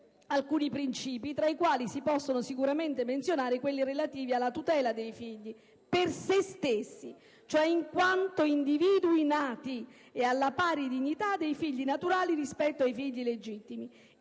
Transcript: alcuni principi, tra i quali si possono sicuramente menzionare quelli relativi alla tutela dei figli, per se stessi, cioè in quanto individui nati, e alla pari dignità dei figli naturali rispetto ai figli legittimi.